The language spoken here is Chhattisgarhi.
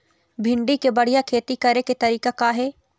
भिंडी के बढ़िया खेती करे के तरीका का हे?